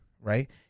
right